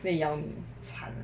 会咬你惨